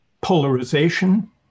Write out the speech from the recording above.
polarization